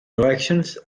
elections